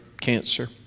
cancer